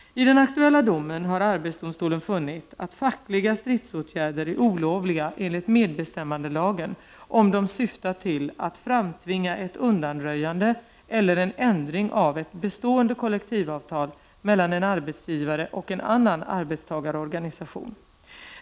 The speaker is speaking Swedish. I den aktuella domen har arbetsdomstolen funnit att fackliga stridsåtgärder är olovliga enligt medbestämmandelagen om de syftar till att framtvinga ett undanröjande eller en ändring av ett bestående kollektivavtal mellan en arbetsgivare och en annan arbetstagarorganisation.